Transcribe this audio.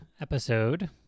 episode